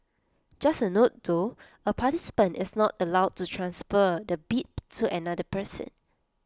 just A note though A participant is not allowed to transfer the bib to another person